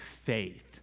faith